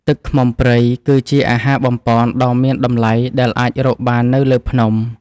ទឹកឃ្មុំព្រៃគឺជាអាហារបំប៉នដ៏មានតម្លៃដែលអាចរកបាននៅលើភ្នំ។